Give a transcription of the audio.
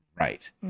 Right